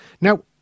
Now